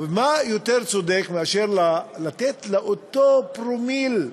ומה יותר צודק מאשר לתת לאותו פרומיל,